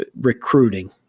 recruiting